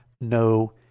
no